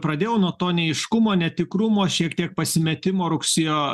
pradėjau nuo to neaiškumo netikrumo šiek tiek pasimetimo rugsėjo